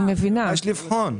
מה יש לבחון?